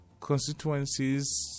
constituencies